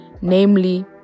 namely